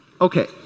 Okay